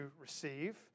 receive